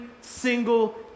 single